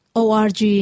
org